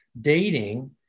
dating